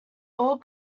all